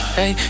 Hey